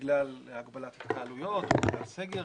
בגלל הגבלת התקהלויות ובגלל הסגר,